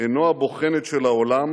"עינו הבוחנת של העולם